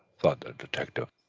thought the detective,